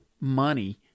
money